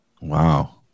Wow